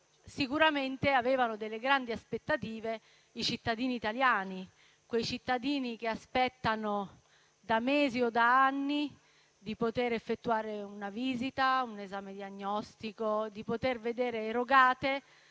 sicuramente avevano delle grandi aspettative i cittadini italiani. Quei cittadini che aspettano da mesi o da anni di poter effettuare una visita o un esame diagnostico, di poter vedere erogate